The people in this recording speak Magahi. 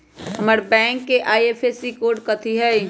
हमर बैंक के आई.एफ.एस.सी कोड कथि हई?